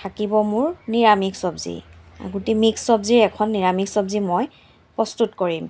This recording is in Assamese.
থাকিব মোৰ নিৰামিষ চবজি গোটেই মিক্স চবজিৰ এখন নিৰামিষ চবজি মই প্ৰস্তুত কৰিম